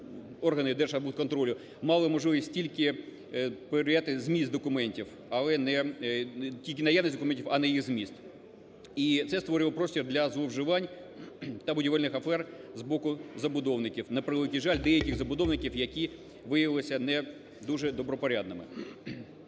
органи Держархбудконтролю мали можливість перевіряти зміст документів, але не… тільки наявність документів, а не їх зміст. І це створювало простір для зловживань та будівельних афер з боку забудовників на превеликий жаль, деяких забудовників, які виявилися не дуже добропорядними.